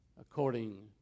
according